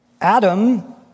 Adam